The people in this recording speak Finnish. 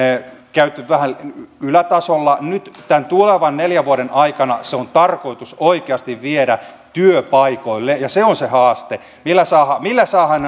käyty vähän ylätasolla nyt tämän tulevan neljän vuoden aikana se on tarkoitus oikeasti viedä työpaikoille ja se on se haaste millä saadaan millä saadaan